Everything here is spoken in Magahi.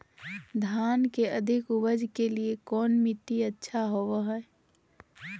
धान के अधिक उपज के लिऐ कौन मट्टी अच्छा होबो है?